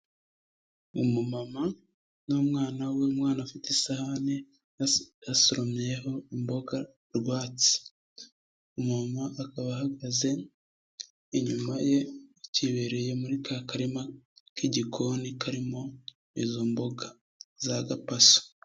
Umumama n'umwana w'umwana afite isahani yasoromeyeho imboga rwatsi, umumama akaba ahagaze inyuma ye acyibereye muri ka karima k'igikoni karimo izo mboga za gapasu.